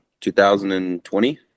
2020